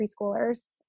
preschoolers